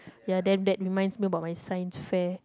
ya then that reminds me about my Science fair